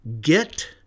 get